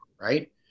right